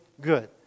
good